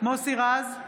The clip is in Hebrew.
מוסי רז,